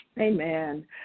Amen